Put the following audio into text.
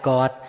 God